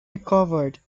recovered